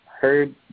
heard